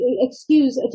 excuse